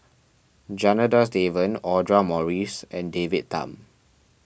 Janadas Devan Audra Morrice and David Tham